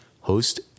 Host